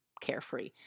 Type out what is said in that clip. carefree